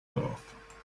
birth